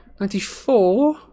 Ninety-four